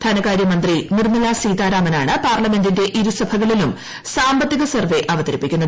ധനകാര്യമന്ത്രി നിർമ്മല സീതാരാമനാണ് പാർലമെന്റിന്റെ ഇരുസഭകളിലും സാമ്പത്തിക സർവേ അവതരിപ്പിക്കുന്നത്